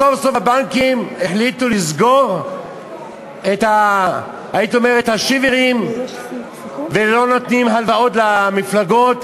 סוף-סוף הבנקים החליטו לסגור את השיברים ולא נותנים הלוואות למפלגות,